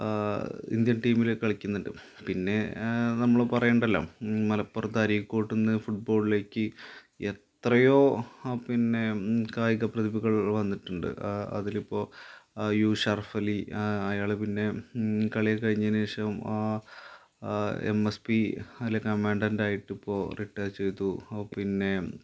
Indian ടീമിലേക്ക് കളിക്കുന്നുണ്ട് പിന്നെ നമ്മള് പറയണ്ടല്ലോ മലപ്പുറത്തരീക്കോട്ടുന്ന് ഫുട്ബോളിലേക്ക് എത്രയോ പിന്നെ കായിക പ്രതിഭകൾ വന്നിട്ടുണ്ട് അതിലിപ്പോള് യു ഷറഫ് അലി അയാള് പിന്നെ കളിയക്കെ കഴിഞ്ഞതിനുശേഷം എം എസ് പി അതില് കമാൻ്റൻറ്റായിട്ട് ഇപ്പോള് റിട്ടയര് ചെയ്തൂ പിന്നെ